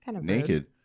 naked